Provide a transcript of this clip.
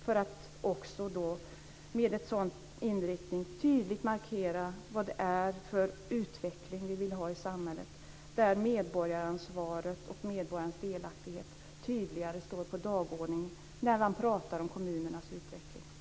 Med en sådan inriktning skulle man tydligt markera vad det är för utveckling vi vill ha i samhället där medborgaransvar och medborgarens delaktighet tydligare står på dagordningen när man pratar om kommunernas utveckling.